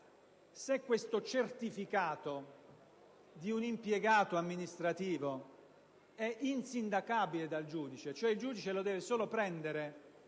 se questo certificato di un impiegato amministrativo è insindacabile dal giudice (cioè il giudice deve limitarsi